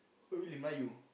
who invite you